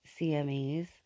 CMEs